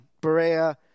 Berea